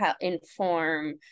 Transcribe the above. inform